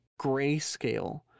grayscale